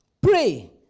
Pray